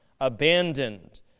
abandoned